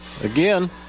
Again